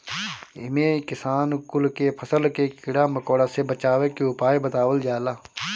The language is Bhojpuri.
इमे किसान कुल के फसल के कीड़ा मकोड़ा से बचावे के उपाय बतावल जाला